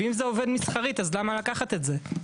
ואם זה עובד מסחרית, אז למה לקחת את זה.